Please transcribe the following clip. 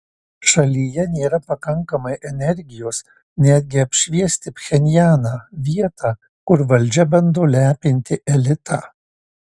šalyje nėra pakankamai energijos netgi apšviesti pchenjaną vietą kur valdžia bando lepinti elitą